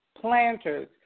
planters